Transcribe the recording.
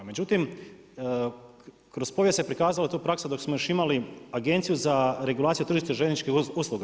Međutim, kroz povijest se prikazala tu praksa dok smo još imali Agenciju za regulaciju tržišta željezničkih usluga.